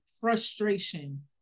frustration